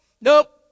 nope